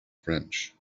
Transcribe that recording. french